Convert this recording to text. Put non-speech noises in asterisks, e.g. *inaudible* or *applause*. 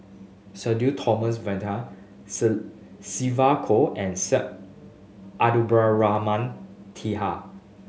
Sudhir Thomas Vadaketh *unintelligible* Sylvia Kho and Syed Abdulrahman Taha